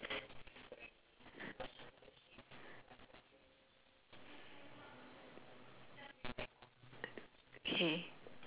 ~s K